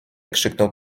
krzyknął